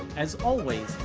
as always,